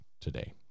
today